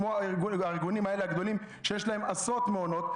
כמו הארגונים הגדולים האלה שיש להם עשרות מעונות,